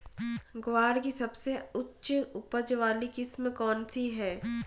ग्वार की सबसे उच्च उपज वाली किस्म कौनसी है?